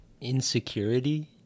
insecurity